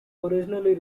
originally